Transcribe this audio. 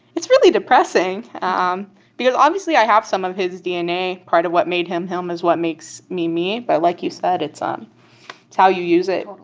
it's really depressing ah um because, obviously, i have some of his dna. part of what made him, him is what makes me, me. but like you said, it's um it's how you use it totally.